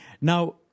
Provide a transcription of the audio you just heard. Now